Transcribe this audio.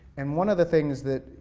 and one of the things that,